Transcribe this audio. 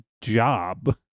job